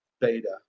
beta